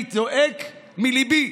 אני זועק מליבי.